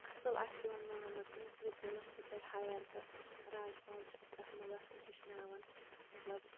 اصل آسہِ یِوان ماننہٕ تٔمِس وٕکیٖلس تہِ کَرِ ہایَر تہٕ راج پال چھِ اَسہِ تَتھ مَنٛز آسان ہیچھناوان مطلب